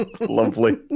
Lovely